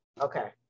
Okay